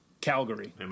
calgary